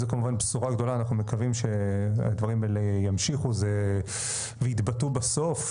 זו בשורה גדולה ואנחנו מקווים שהדברים האלה ימשיכו ויתבטאו בסוף,